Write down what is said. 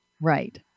right